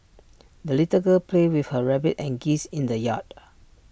the little girl played with her rabbit and geese in the yard